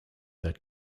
that